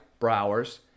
Browers